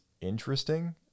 interesting